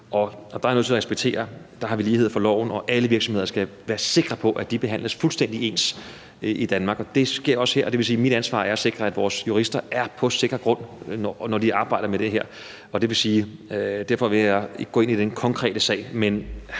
og der er jeg nødt til at respektere, at vi har lighed for loven, og alle virksomheder skal være sikre på, at de behandles fuldstændig ens i Danmark. Det sker også her. Det vil sige, at mit ansvar er, at vores jurister er på sikker grund, når de arbejder med det her. Derfor vil jeg ikke gå ind i den konkrete sag, men